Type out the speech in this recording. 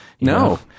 No